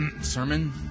sermon